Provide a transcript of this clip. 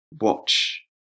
watch